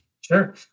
Sure